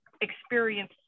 experience